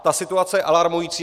Ta situace je alarmující.